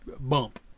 bump